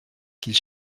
qu’ils